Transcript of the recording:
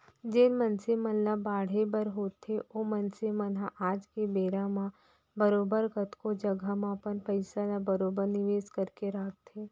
जेन मनसे मन ल बाढ़े बर होथे ओ मनसे मन ह आज के बेरा म बरोबर कतको जघा म अपन पइसा ल बरोबर निवेस करके राखथें